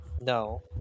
No